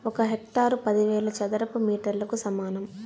ఒక హెక్టారు పదివేల చదరపు మీటర్లకు సమానం